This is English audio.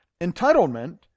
entitlement